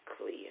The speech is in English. clear